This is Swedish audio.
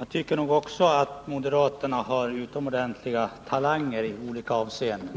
också tycker att moderaterna har utomordentliga talanger i olika avseenden.